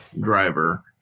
driver